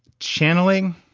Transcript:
channeling,